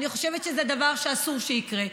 אני חושבת שזה דבר שאסור שיקרה.